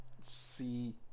see